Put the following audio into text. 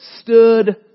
stood